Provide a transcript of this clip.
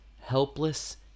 helpless